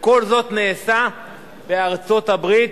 וכל זה נעשה בארצות-הברית,